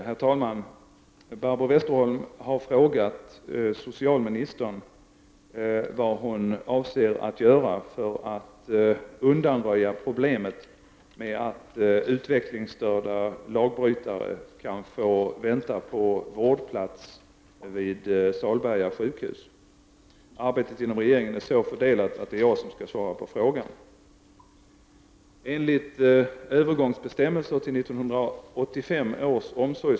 Herr talman! Barbro Westerholm har frågat socialministern vad hon avser att göra för att undanröja problemet med att utvecklingsstörda lagbrytare kan få vänta på vårdplats vid Salberga sjukhus. Arbetet inom regeringen är så fördelat att det är jag som skall svara på frågan.